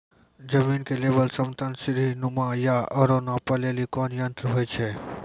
जमीन के लेवल समतल सीढी नुमा या औरो नापै लेली कोन यंत्र होय छै?